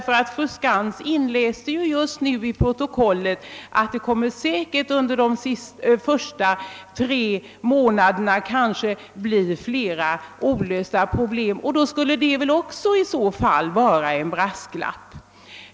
Fru Skantz läste nämligen just nu in i protokollet att det under de första tre månaderna kanske kommer att kvarstå flera olösta problem, och detta är väl i så fall också en brasklapp.